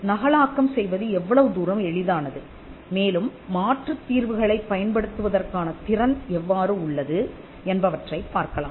நகலாக்கம் செய்வது எவ்வளவு தூரம் எளிதானது மேலும் மாற்றுத் தீர்வுகளைப் பயன்படுத்துவதற்கான திறன் எவ்வாறு உள்ளது என்பவற்றைப் பார்க்கலாம்